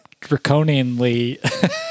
draconianly